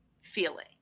feeling